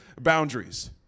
boundaries